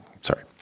sorry